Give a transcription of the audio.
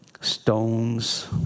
stones